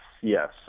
Yes